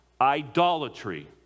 Idolatry